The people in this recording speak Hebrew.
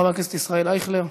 חבר הכנסת ישראל אייכלר.